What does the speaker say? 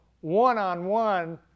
one-on-one